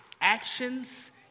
actions